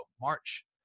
March